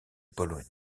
bologne